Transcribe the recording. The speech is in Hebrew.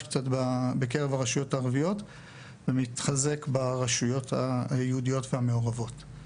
ברשויות הערביות ומתחזק ברשויות היהודיות והמעורבות.